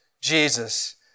Jesus